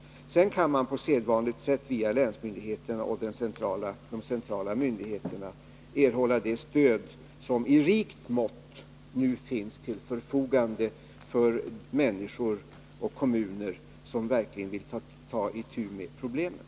Sedan kan man på sedvanligt sätt via länsmyndigheterna och de centrala myndigheterna erhålla det stöd som i rikt mått nu finns till förfogande för människor och kommuner som verkligen vill ta itu med problemen.